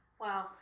Wow